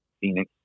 Phoenix